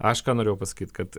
aš ką norėjau pasakyt kad